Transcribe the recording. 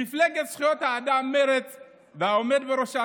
מפלגת זכויות האדם מרצ והעומד בראשה,